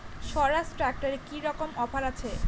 স্বরাজ ট্র্যাক্টরে কি রকম অফার আছে?